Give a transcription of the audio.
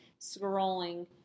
scrolling